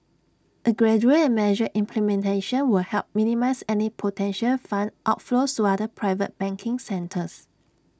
A gradual and measured implementation would help minimise any potential fund outflows to other private banking centres